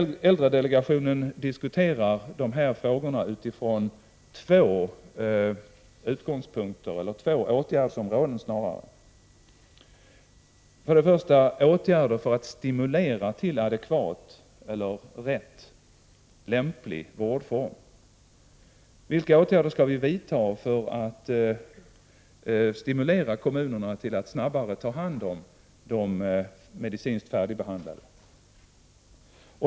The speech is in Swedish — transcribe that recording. Äldredelegationen diskuterar de här frågorna utifrån två åtgärdsområden. För det första gäller det åtgärder för att stimulera till lämplig vårdform. Vilka åtgärder skall vi vidta för att stimulera kommunerna till att snabbare ta hand om de medicinskt färdigbehandlade?